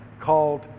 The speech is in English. called